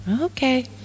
Okay